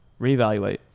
reevaluate